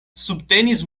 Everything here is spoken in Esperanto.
subtenis